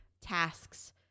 tasks